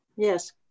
Yes